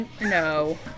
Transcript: No